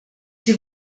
sie